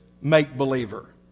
make-believer